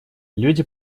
люди